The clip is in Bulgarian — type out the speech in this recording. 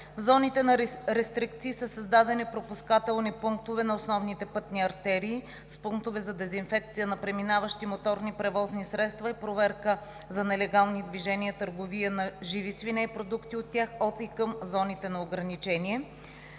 зоните на рестрикции са създадени пропускателни пунктове на основните пътни артерии с пунктове за дезинфекция на преминаващи моторни превозни средства; проверка за нелегални движения и търговия на живи свине и продукти от тях от и към зоните на ограничение;